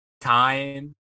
time